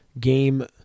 game